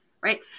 Right